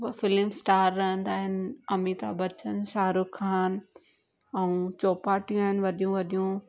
ब film star रहंदा आहिनि अमिताभ बच्चन शाहरूख ख़ान ऐं चौपाटियूं आहिनि वॾियूं वॾियूं